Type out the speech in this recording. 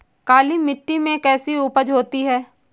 काली मिट्टी में कैसी उपज होती है?